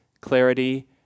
clarity